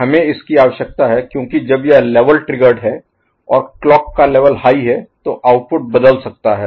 हमें इसकी आवश्यकता है क्योंकि जब यह लेवल ट्रिगर्ड है और क्लॉक का लेवल हाई है तो आउटपुट बदल सकता है